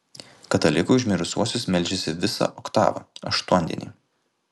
katalikai už mirusiuosius meldžiasi visą oktavą aštuondienį